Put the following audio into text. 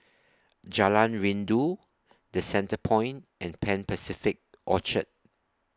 Jalan Rindu The Centrepoint and Pan Pacific Orchard